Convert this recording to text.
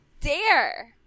dare